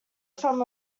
from